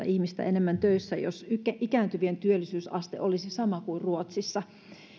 ihmistä enemmän töissä jos ikääntyvien työllisyysaste olisi sama kuin ruotsissa